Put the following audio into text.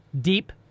Deep